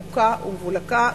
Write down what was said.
בוקה ומבולקה.